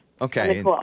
Okay